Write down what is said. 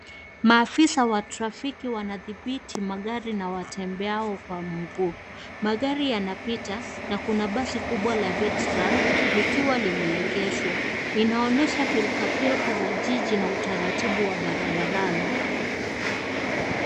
Maafisa wa trafiki wanadhibiti magari na watembeao kwa mguu. Magari yanapita na kuna basi kubwa la Vetrum, likiwa limeegeshwa. Inaonesha pilka pilka za jiji, na utaratibu wa barabarani.